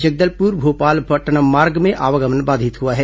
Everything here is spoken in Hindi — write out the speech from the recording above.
जगदलपुर भोपालपट्नम मार्ग में आवागमन बाधित हुआ है